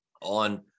on